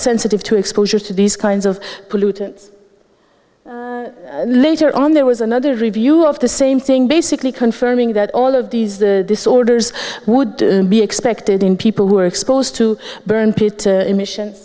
sensitive to exposure to these kinds of pollutant later on there was another review of the same thing basically confirming that all of these the disorders would be expected in people who are exposed to burn pit emissions